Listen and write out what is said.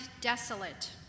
desolate